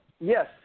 yes